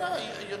יותר